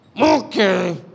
Okay